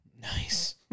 Nice